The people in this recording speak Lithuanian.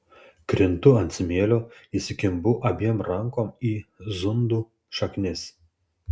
krintu ant smėlio įsikimbu abiem rankom į zundų šaknis